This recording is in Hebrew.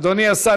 אדוני השר,